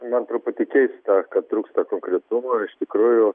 man truputį keista kad trūksta konkretumo ir iš tikrųjų